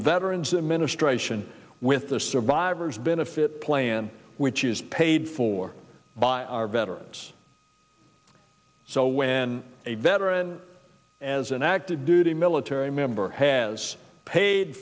veteran's administration with the survivors benefit plan which is paid for by our veterans so when a veteran as an active duty military member has paid